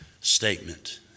statement